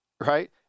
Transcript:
right